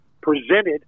presented